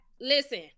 listen